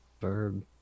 Verb